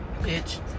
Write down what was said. bitch